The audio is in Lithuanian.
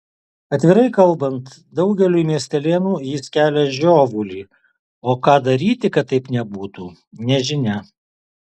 atvirai kalbant daugeliui miestelėnų jis kelia žiovulį o ką daryti kad taip nebūtų nežinia